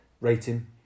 rating